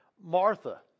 Martha